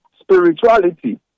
spirituality